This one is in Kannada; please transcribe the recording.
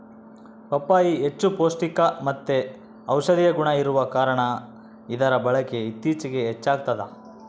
ಪಪ್ಪಾಯಿ ಹೆಚ್ಚು ಪೌಷ್ಟಿಕಮತ್ತೆ ಔಷದಿಯ ಗುಣ ಇರುವ ಕಾರಣ ಇದರ ಬಳಕೆ ಇತ್ತೀಚಿಗೆ ಹೆಚ್ಚಾಗ್ತದ